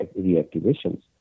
reactivations